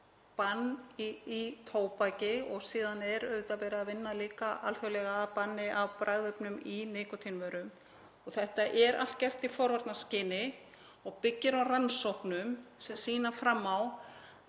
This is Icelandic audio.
bann í tóbaki. Síðan er auðvitað verið að vinna líka að alþjóðlegu banni á bragðefnum í nikótínvörum. Þetta er allt gert í forvarnaskyni og byggir á rannsóknum sem sýna fram á